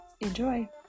Enjoy